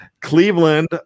Cleveland